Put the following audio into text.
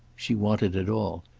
she wanted it all.